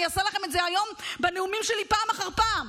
אני אעשה לכם את זה היום בנאומים שלי פעם אחר פעם.